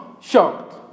shocked